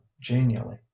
genially